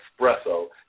espresso